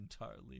entirely